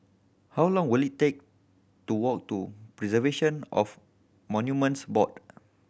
how long will it take to walk to Preservation of Monuments Board